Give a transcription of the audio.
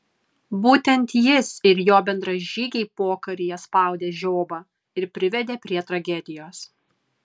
būtent jis ir jo bendražygiai pokaryje spaudė žiobą ir privedė prie tragedijos